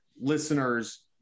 listeners